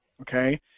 okay